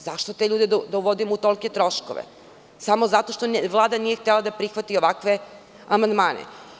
Zašto te ljude da uvodimo u tolike troškove, samo zato što Vlada nije htela da prihvati ovakve amandmane?